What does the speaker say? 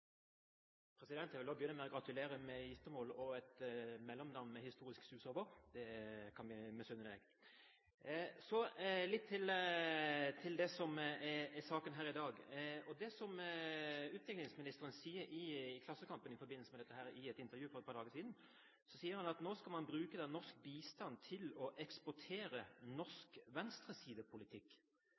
Jeg vil også begynne med å gratulere med giftermål og et mellomnavn med historisk sus. Det kan vi misunne deg! Så litt til det som er saken her i dag. I Klassekampen sier utviklingsministeren i et intervju for et par dager siden at skal vi nå bruke norsk bistand til å «eksportera norsk